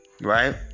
right